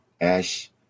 Ash